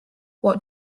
what